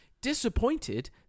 Disappointed